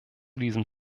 diesem